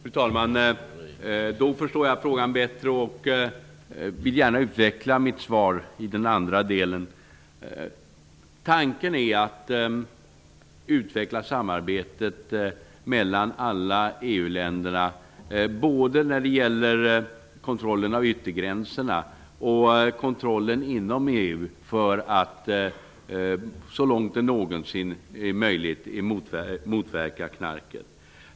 Fru talman! Nu förstår jag frågan bättre. Jag vill gärna utveckla mitt svar i den andra delen. Tanken är att utveckla samarbetet mellan alla EU länder både när det gäller kontrollen av yttergränserna och när det gäller kontrollen inom EU för att så långt det någonsin är möjligt motverka knarket.